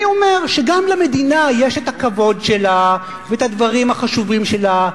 אני אומר שגם למדינה יש הכבוד שלה והדברים החשובים שלה,